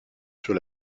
sur